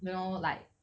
you know like